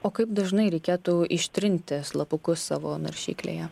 o kaip dažnai reikėtų ištrinti slapukus savo naršyklėje